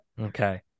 okay